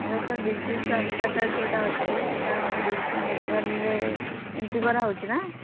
ମୁଁ କହିଲି ସାର୍ ବିଜୁ ସ୍ୱାସ୍ଥ୍ୟ କାର୍ଡ଼୍ ଯେଉଁଟା ଅଛି ସେଇଟା ମେଡ଼ିକାଲ୍ରେ ଏଣ୍ଟ୍ରି କରାହେଉଛି ନା